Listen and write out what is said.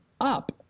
up